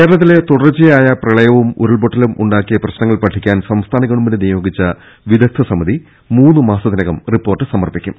കേരളത്തിൽ തുടർച്ചയായ പ്രളയവും ഉരുൾപൊട്ടലും ഉണ്ടാക്കിയ പ്രശ്നങ്ങൾ പഠിക്കാൻ സംസ്ഥാന ഗവൺമെന്റ് നിയോഗിച്ച വിദഗ്ദ സമിതി മൂന്ന് മാസത്തിനകം റിപ്പോർട്ട് സമർപ്പിക്കും